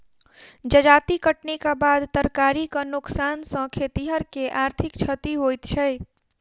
जजाति कटनीक बाद तरकारीक नोकसान सॅ खेतिहर के आर्थिक क्षति होइत छै